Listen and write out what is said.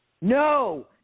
no